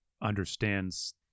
understands